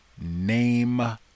name